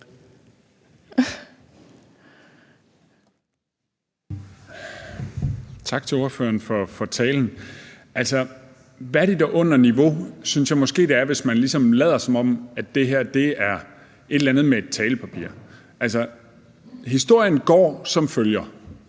Tak til ordføreren for talen. Under niveau synes jeg måske det er, hvis man lader, som om det her er et eller andet med et talepapir. Altså, historien går som følger: